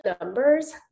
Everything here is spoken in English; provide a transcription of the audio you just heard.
numbers